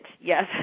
Yes